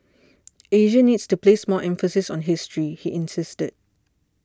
asia needs to place more emphasis on history he insisted